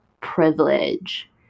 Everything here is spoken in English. privilege